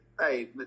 hey